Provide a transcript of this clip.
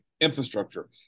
infrastructure